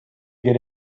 get